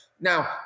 Now